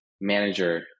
manager